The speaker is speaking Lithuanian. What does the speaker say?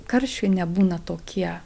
karščiai nebūna tokie